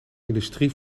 industrie